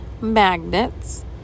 magnets